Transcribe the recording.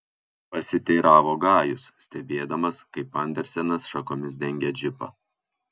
pasiteiravo gajus stebėdamas kaip andersenas šakomis dengia džipą